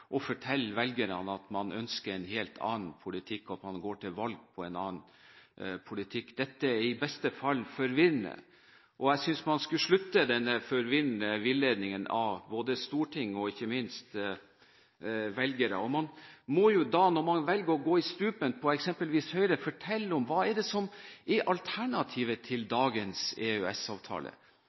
og fortelle velgerne at man ønsker en helt annen politikk, og at man går til valg på en annen politikk. Dette er i beste fall forvirrende. Jeg synes man skulle slutte med denne forvirrende villedningen overfor både storting og, ikke minst, velgere. Når man velger å gå i strupen på eksempelvis Høyre, må man jo fortelle hva som er alternativet til dagens